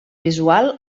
visual